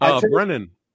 Brennan